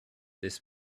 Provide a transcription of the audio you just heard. this